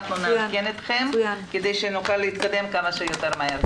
נעדכן אתכם כדי שנוכל להתקדם כמה שיותר מהר.